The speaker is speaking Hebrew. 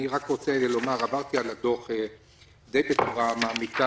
אני רוצה לומר שעברתי על הדוח בצורה די מעמיקה